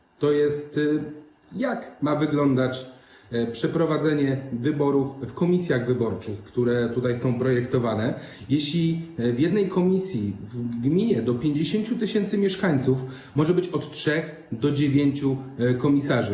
Chodzi o to, jak ma wyglądać przeprowadzenie wyborów w komisjach wyborczych, które są projektowane, jeśli w jednej komisji w przypadku gminy do 50 tys. mieszkańców może być od trzech do dziewięciu komisarzy.